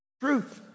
truth